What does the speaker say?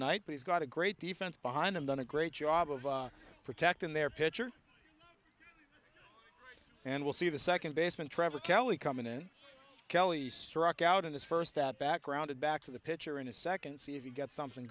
night but he's got a great defense behind him done a great job of protecting their pitcher and we'll see the second baseman trevor kelly coming in kelly struck out in his first that backgrounded back to the pitcher in his second c v get something